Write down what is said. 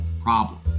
problem